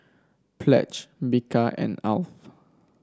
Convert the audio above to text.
Pledge Bika and Alf